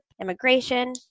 immigration